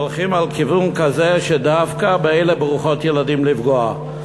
הולכים על כיוון כזה שדווקא באלה ברוכות הילדים לפגוע.